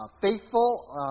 faithful